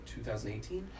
2018